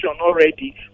already